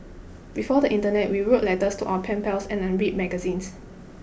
before the internet we wrote letters to our pen pals and unread magazines